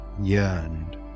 yearned